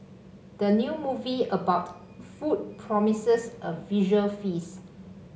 the new movie about food promises a visual feast